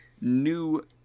new